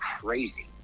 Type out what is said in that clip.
crazy